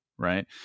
Right